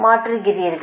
மாற்றுகிறீர்கள்